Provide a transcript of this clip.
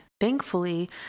thankfully